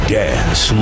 dance